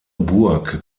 burg